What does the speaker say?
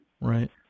Right